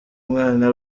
umwana